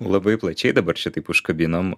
labai plačiai dabar čia taip užkabinom